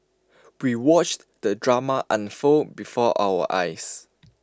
we watched the drama unfold before our eyes